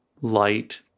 light